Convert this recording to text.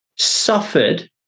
suffered